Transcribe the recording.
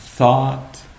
Thought